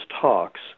talks